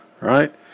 right